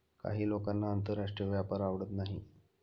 काही लोकांना आंतरराष्ट्रीय व्यापार आवडत नाही